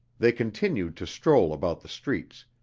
they continued to stroll about the streets,